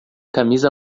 camisa